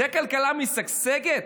זה כלכלה משגשגת?